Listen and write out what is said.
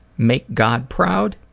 make god proud.